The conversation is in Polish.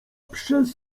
przez